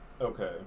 Okay